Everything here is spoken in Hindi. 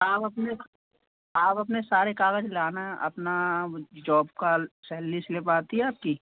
आप अपने को आप अपने सारे कागज़ लाना अपना जौब काल सैलली स्लिप आती है आपकी